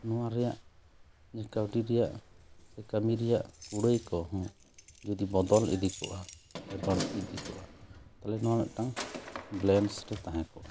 ᱱᱚᱣᱟ ᱨᱮᱭᱟᱜ ᱠᱟᱹᱣᱰᱤ ᱨᱮᱭᱟᱜ ᱥᱮ ᱠᱟᱹᱢᱤ ᱨᱮᱭᱟᱜ ᱠᱩᱲᱟᱹᱭ ᱠᱚᱦᱚᱸ ᱡᱩᱫᱤ ᱵᱚᱫᱚᱞ ᱤᱫᱤ ᱠᱚᱜᱼᱟ ᱥᱮ ᱵᱟᱹᱲᱛᱤ ᱤᱫᱤ ᱠᱚᱜᱼᱟ ᱛᱟᱦᱚᱞᱮ ᱱᱚᱣᱟ ᱢᱤᱫᱴᱟᱝ ᱵᱮᱞᱮᱥ ᱨᱮ ᱛᱟᱦᱮᱸ ᱠᱚᱜᱼᱟ